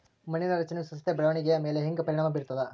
ಮಣ್ಣಿನ ರಚನೆಯು ಸಸ್ಯದ ಬೆಳವಣಿಗೆಯ ಮೇಲೆ ಹೆಂಗ ಪರಿಣಾಮ ಬೇರ್ತದ?